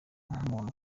nk’umuntu